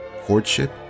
Courtship